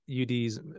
UD's